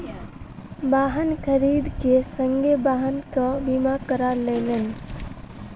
वाहन खरीद के संगे वाहनक बीमा करा लेलैन